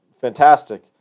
Fantastic